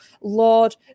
Lord